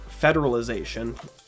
federalization